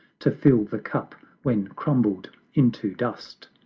to fill the cup when crumbled into dust!